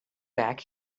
back